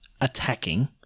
attacking